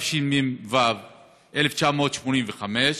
התשמ"ו1985 ,